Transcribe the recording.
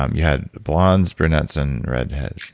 um you had blondes, brunettes, and redhead. oh,